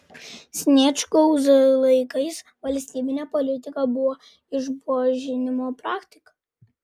sniečkaus laikais valstybine politika buvo išbuožinimo praktika